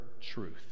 truth